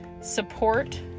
support